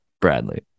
bradley